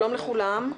שלום לכולם.